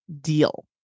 deal